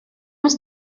was